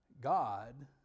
God